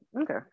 Okay